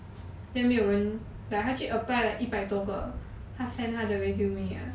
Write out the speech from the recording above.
then 没有人 like 他去 apply like 一百多个他 send 他的 resume ah